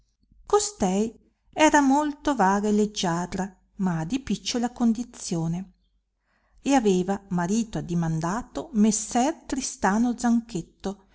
costei era molto vaga e leggiadra ma di picciola condizione e aveva marito addimandato messer tristano zanchetto